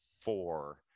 four